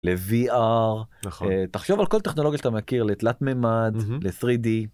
ל-VR, תחשוב על כל טכנולוגיה שאתה מכיר, לתלת ממד, ל-3D.